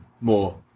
more